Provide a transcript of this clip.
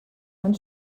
man